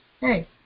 Hey